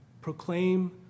Proclaim